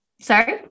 Sorry